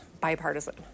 bipartisan